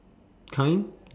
kind